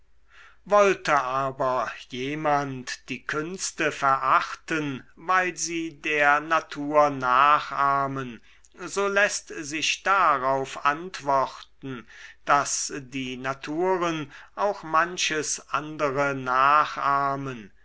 wollte aber jemand die künste verachten weil sie der natur nachahmen so läßt sich darauf antworten daß die naturen auch manches andere nachahmen